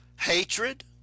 Hatred